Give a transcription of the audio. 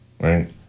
right